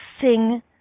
sing